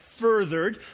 furthered